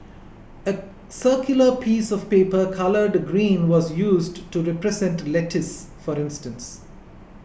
a circular piece of paper coloured green was used to represent lettuce for instance